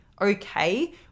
okay